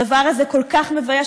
הדבר הזה כל כך מבייש.